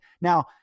Now